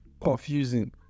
confusing